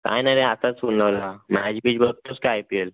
नाही नाही नाही आत्ताच फोन लावला मॅच बिच बघतोस का आय पी एल